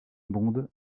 bond